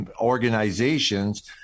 organizations